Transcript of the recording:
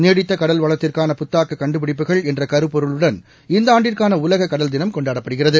நீடித்த கடல்வளத்திற்கானபுத்தாக்ககண்டுபிடிப்புகள் என்றகருபொருளுடன் இந்தஆண்டுக்கானஉலக கடல் தினம் கொண்டாடப்படுகிறது